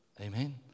Amen